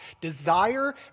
Desire